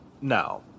Now